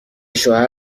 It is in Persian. شوهر